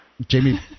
Jamie